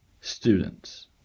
students